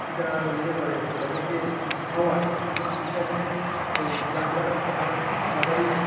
যেটা ইয়ে করে তাদেরকে খাওয়ায় যেটাতে যার দ্বারা তারা খুব তাড়াতাড়ি